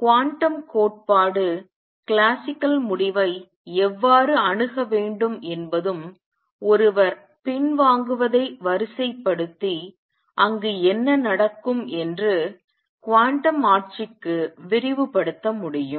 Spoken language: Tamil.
குவாண்டம் கோட்பாடு கிளாசிக்கல் முடிவை எவ்வாறு அணுக வேண்டும் என்பதும் ஒருவர் பின்வாங்குவதை வரிசைப்படுத்தி அங்கு என்ன நடக்கும் என்று குவாண்டம் ஆட்சிக்கு விரிவுபடுத்த முடியும்